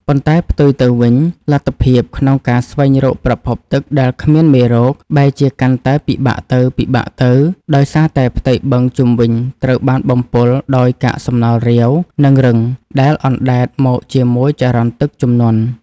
ប៉ុន្តែផ្ទុយទៅវិញ លទ្ធភាពក្នុងការស្វែងរកប្រភពទឹកដែលគ្មានមេរោគ បែរជាកាន់តែពិបាកទៅៗ ដោយសារតែផ្ទៃបឹងជុំវិញត្រូវបានបំពុលដោយកាកសំណល់រាវ និងរឹងដែលអណ្តែតមកជាមួយចរន្តទឹកជំនន់។